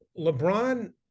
LeBron